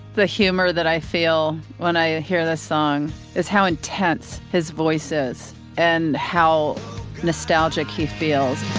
the humor that i feel when i hear this song is how intense his voice is and how nostalgic he feels